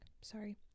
Sorry